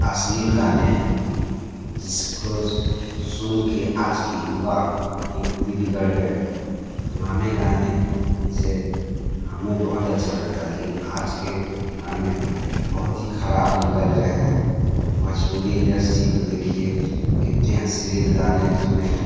अश्लील गाने हैं जिसको सुनके आज के युवा युवती बिगड़ गए हैं पुराने गाने से हमें बहुत अच्छा लगता लेकिन आज के गाने बहुत ही ख़राब निकल रहे हैं भोजपुरी इंडस्ट्री को देखिए कितने अश्लील गाने उसमें हैं